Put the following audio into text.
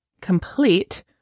complete